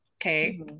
Okay